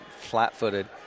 flat-footed